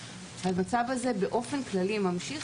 המצב הזה באופן כללי ממשיך.